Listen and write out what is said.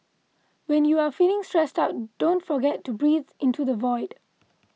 when you are feeling stressed out don't forget to breathe into the void